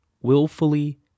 willfully